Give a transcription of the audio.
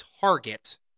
target